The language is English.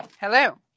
Hello